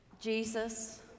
Jesus